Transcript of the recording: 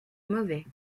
mauvais